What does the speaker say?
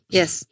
yes